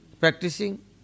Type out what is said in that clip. Practicing